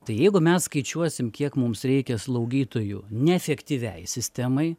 tai jeigu mes skaičiuosim kiek mums reikia slaugytojų neefektyviai sistemai